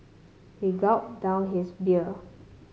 he gulped down his beer